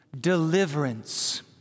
Deliverance